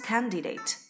Candidate